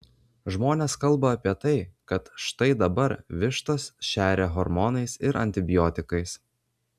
žmonės kalba apie tai kad štai dabar vištas šeria hormonais ir antibiotikais